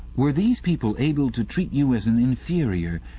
were these people able to treat you as an inferior,